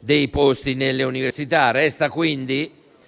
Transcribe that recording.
dei posti nelle università.